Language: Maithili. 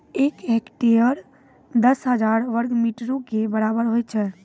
एक हेक्टेयर, दस हजार वर्ग मीटरो के बराबर होय छै